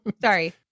sorry